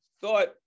thought